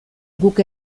guk